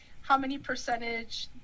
how-many-percentage